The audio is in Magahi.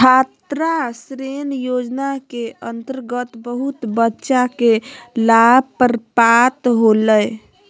छात्र ऋण योजना के अंतर्गत बहुत बच्चा के लाभ प्राप्त होलय